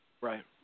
Right